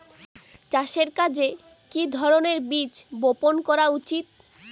চাষের কাজে কি ধরনের বীজ বপন করা উচিৎ?